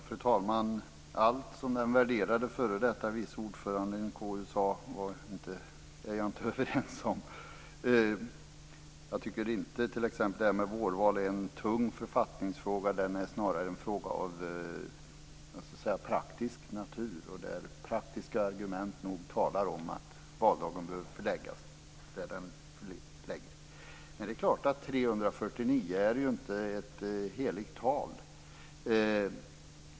Fru talman! Allt som den värderade före detta vice ordföranden i KU sade är jag inte överens med honom om. Jag tycker t.ex. inte att frågan om vårval är en tung författningsfråga. Den är snarare än fråga av praktisk natur, där praktiska argument nog talar för att valdagen bör förläggas där den ligger. Det är klart att 349 inte är ett heligt tal.